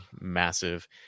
massive